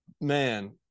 Man